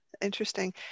Interesting